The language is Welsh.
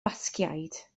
basgiaid